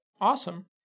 Awesome